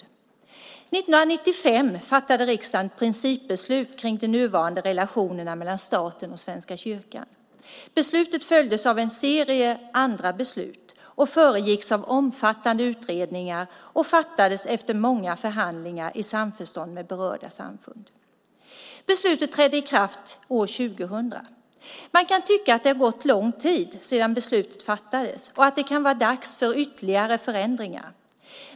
År 1995 fattade riksdagen ett principbeslut om de nuvarande relationerna mellan staten och Svenska kyrkan. Beslutet följdes av en serie andra beslut och föregicks av omfattande utredningar och fattades efter många förhandlingar i samförstånd med berörda samfund. Beslutet trädde i kraft år 2000. Man kan tycka att det har gått lång tid sedan beslutet fattades och att det kan vara dags för ytterligare förändringar.